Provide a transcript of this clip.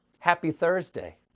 happy thursday.